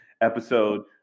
episode